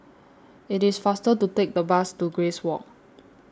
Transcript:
IT IS faster to Take The Bus to Grace Walk